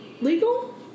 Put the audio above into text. legal